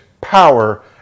power